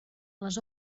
les